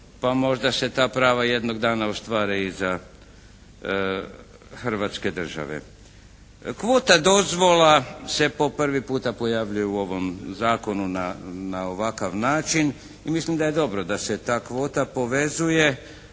pa možda se ta prava jednog dana ostvare i za hrvatske države. Kvota dozvola se po prvi puta pojavljuje u ovom Zakonu na ovakav način i mislim da je dobro da se ta kvota povezuje